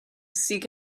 seek